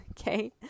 Okay